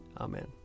Amen